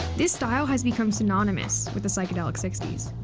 this style has become synonymous with the psychedelic sixty s.